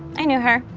i knew her.